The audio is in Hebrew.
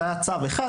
זה היה צו אחד,